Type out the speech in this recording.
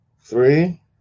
three